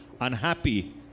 unhappy